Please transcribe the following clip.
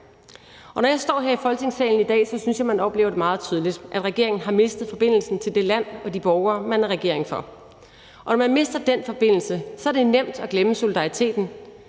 når jeg står her i Folketingssalen i dag, synes jeg, man meget tydeligt oplever, at regeringen har mistet forbindelsen til det land og de borgere, man er regering for, og når man mister den forbindelse, er det nemt at glemme solidariteten